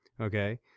okay